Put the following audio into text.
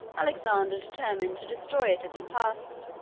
alexander determined to destroy it as he passed.